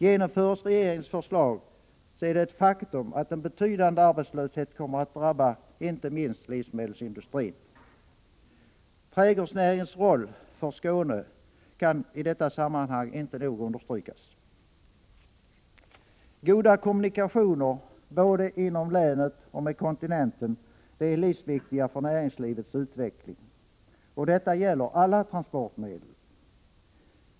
Genomförs regeringens förslag är det ett faktum att en betydande arbetslöshet kommer att drabba inte minst livsmedelsindustrin. Trädgårdsnäringens roll för Skåne kan i detta sammanhang inte nog understrykas. Goda kommunikationer både inom länet och med kontinenten är livsviktiga för näringslivets utveckling. Detta gäller alla transportmedel.